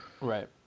Right